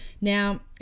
Now